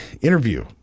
interview